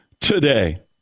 today